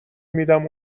میدم